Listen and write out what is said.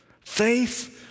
Faith